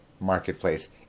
marketplace